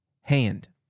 Hand